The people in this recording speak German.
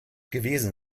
gewesen